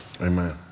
Amen